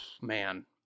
man